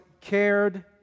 cared